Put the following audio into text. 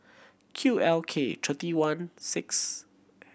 Q L K thirty one six